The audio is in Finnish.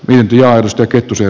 näin tilausta kettusen